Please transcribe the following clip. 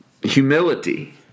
humility